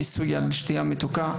מיסוי על שתייה מתוקה.